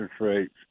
rates